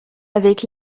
avec